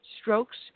strokes